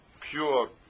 pure